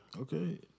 Okay